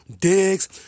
digs